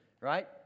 Right